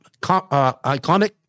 iconic